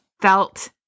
felt